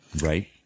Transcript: Right